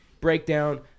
breakdown